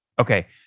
Okay